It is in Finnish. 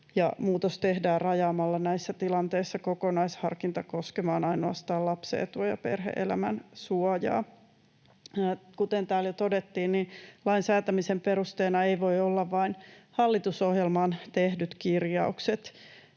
Muutos tehdään rajaamalla näissä tilanteissa kokonaisharkinta koskemaan ainoastaan lapsen etua ja perhe-elämän suojaa. Kuten täällä jo todettiin, lain säätämisen perusteena ei voi olla vain hallitusohjelmaan tehdyt kirjaukset,